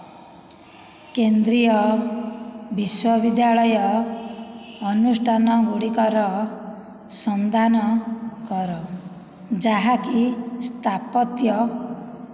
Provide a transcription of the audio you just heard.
କେନ୍ଦ୍ରୀୟ ବିଶ୍ୱବିଦ୍ୟାଳୟ ଅନୁଷ୍ଠାନ ଗୁଡ଼ିକର ସନ୍ଧାନ କର ଯାହାକି ସ୍ଥାପତ୍ୟ